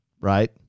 right